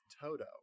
Toto